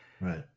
Right